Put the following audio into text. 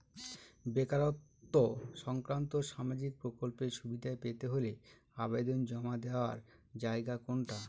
বেকারত্ব সংক্রান্ত সামাজিক প্রকল্পের সুবিধে পেতে হলে আবেদন জমা দেওয়ার জায়গা কোনটা?